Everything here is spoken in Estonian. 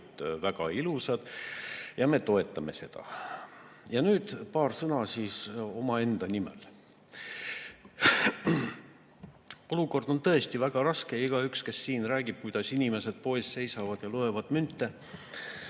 väga ilusad ja me toetame seda. Nüüd paar sõna omaenda nimel. Olukord on tõesti väga raske ja igaüks, kes siin räägib, kuidas inimesed poes seisavad ja loevad münte,